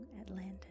Atlantis